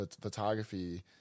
photography